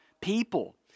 people